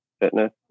fitness